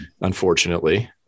unfortunately